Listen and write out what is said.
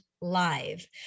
live